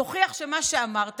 תוכיח שמה שאמרת,